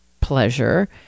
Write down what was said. pleasure